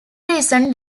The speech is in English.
reason